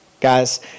Guys